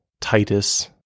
Titus